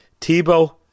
Tebow